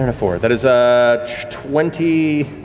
and a four. that is ah twenty